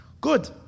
Good